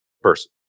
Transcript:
person